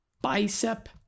bicep